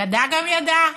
ידע גם ידע.